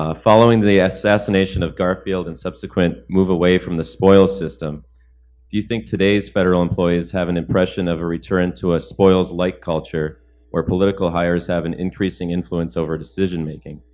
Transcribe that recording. ah following the assassination of garfield and subsequent move away from the spoil system, do you think today's federal employees have an impression of a return to a spoils like culture where political hires have an increasing influence over decision making?